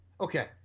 Okay